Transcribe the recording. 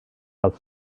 das